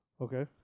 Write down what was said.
Okay